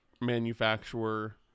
manufacturer